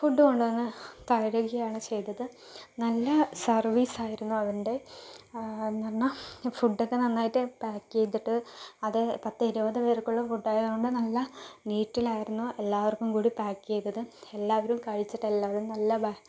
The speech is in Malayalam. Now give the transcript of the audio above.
ഫുഡ് കൊണ്ട് വന്ന് തരികയാണ് ചെയ്തത് നല്ല സർവീസ് ആയിരുന്നു അവര്ൻ്റെ എന്ന് പറഞ്ഞാൽ ഫുഡൊക്കെ നന്നായിട്ട് പാക്ക് ചെയ്തിട്ട് അത് പത്ത് ഇരുപത് പേർക്കുള്ള ഫുഡ് ആയതുകൊണ്ട് നല്ല നീറ്റിലായിരുന്നു എല്ലാവർക്കും കൂടി പാക്ക് ചെയ്തത് എല്ലാവരും കഴിച്ചിട്ട് എല്ലാവരും നല്ല ഭ